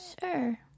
Sure